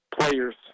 players